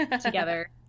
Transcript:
Together